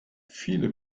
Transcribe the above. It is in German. viele